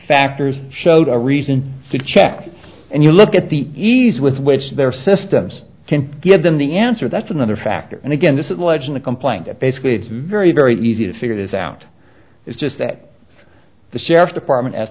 factors showed a reason to check and you look at the ease with which their systems can give them the answer that's another factor and again this is legit the complaint that basically it's very very easy to figure this out is just that the sheriff's department as